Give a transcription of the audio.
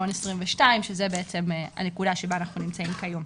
2022 שזו בעצם הנקודה שבה אנחנו נמצאים כיום.